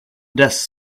does